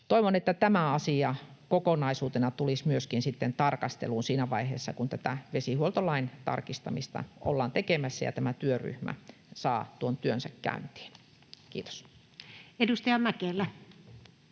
Toivon, että tämä asia kokonaisuutena tulisi myöskin sitten tarkasteluun siinä vaiheessa, kun tätä vesihuoltolain tarkistamista ollaan tekemässä ja tämä työryhmä saa tuon työnsä käyntiin. — Kiitos. Edustaja Mäkelä.